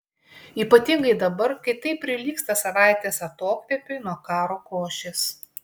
ypatingai dabar kai tai prilygsta savaitės atokvėpiui nuo karo košės